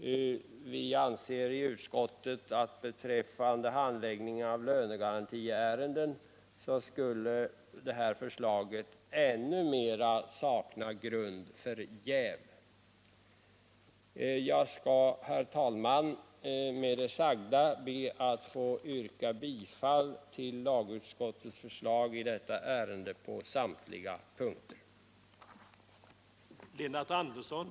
Vi anser inom utskottsmajoriteten att beträffande handläggningen av lönegarantiärenden saknas i än högre grad någon grund för jäv. Jag skall, herr talman, med det sagda be att få yrka bifall till lagutskottets förslag på samtliga punkter i detta ärende.